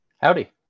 Howdy